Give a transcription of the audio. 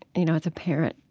you know, as a parent,